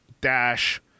dash